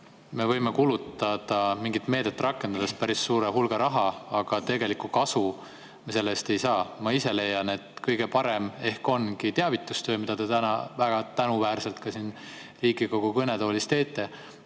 me võime kulutada mingit meedet rakendades päris suure hulga raha, aga tegelikku kasu sellest ei saa. Ma ise leian, et kõige parem ehk ongi teavitustöö, mida te täna väga tänuväärselt ka siin Riigikogu kõnetoolis teete.